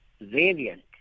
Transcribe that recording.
variant